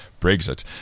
Brexit